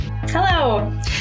Hello